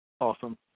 Awesome